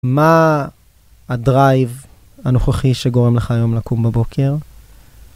מה הדרייב הנוכחי שגורם לך היום לקום בבוקר?